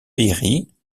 pairie